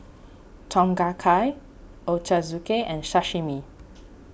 Tom Kha Kai Ochazuke and Sashimi